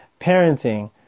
parenting